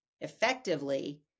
effectively